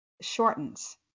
shortens